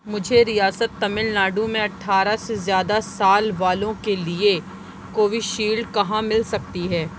مجھے ریاست تمل ناڈو میں اٹھارہ سے زیادہ سال والوں کے لیے کووشیلڈ کہاں مل سکتی ہے